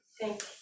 thank